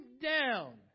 down